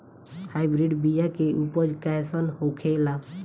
Hybrid बीया के उपज कैसन होखे ला?